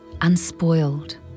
unspoiled